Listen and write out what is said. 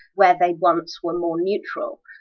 where they once were more neutral.